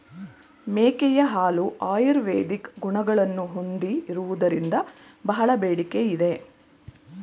ಮೇಕೆಯ ಹಾಲು ಆಯುರ್ವೇದಿಕ್ ಗುಣಗಳನ್ನು ಹೊಂದಿರುವುದರಿಂದ ಬಹಳ ಬೇಡಿಕೆ ಇದೆ